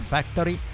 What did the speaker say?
Factory